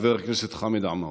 חבר הכנסת חמד עמאר.